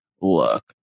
look